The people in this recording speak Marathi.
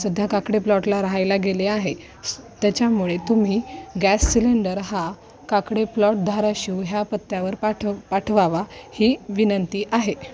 सध्या काकडे प्लॉटला राहायला गेले आहे त्याच्यामुळे तुम्ही गॅस सिलेंडर हा काकडे प्लॉट धाराशिव ह्या पत्त्यावर पाठव पाठवावा ही विनंती आहे